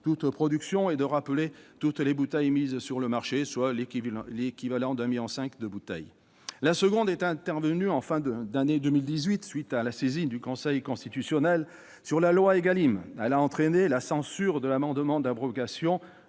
La seconde est intervenue à la fin de l'année 2018, à la suite de la saisine du Conseil constitutionnel sur la loi Égalim. Elle a entraîné la censure de l'amendement d'abrogation